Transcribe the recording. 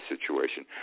situation